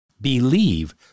Believe